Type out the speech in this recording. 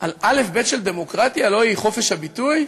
על אלף-בית של דמוקרטיה, הלוא הוא חופש הביטוי?